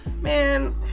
man